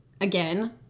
again